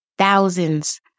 thousands